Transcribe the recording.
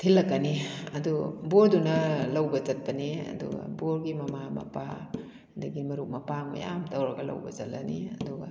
ꯊꯣꯜꯂꯛꯀꯅꯤ ꯑꯗꯨ ꯕꯣꯔꯗꯨꯅ ꯂꯧꯕ ꯆꯠꯄꯅꯤ ꯑꯗꯨꯒ ꯕꯣꯔꯒꯤ ꯃꯄꯥ ꯃꯄꯥ ꯑꯗꯒꯤ ꯃꯔꯨꯞ ꯃꯄꯥꯡ ꯃꯌꯥꯝ ꯇꯧꯔꯒ ꯂꯧꯕ ꯆꯠꯂꯅꯤ ꯑꯗꯨꯒ